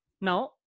Now